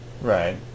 right